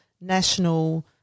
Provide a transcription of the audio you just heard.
national